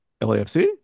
LAFC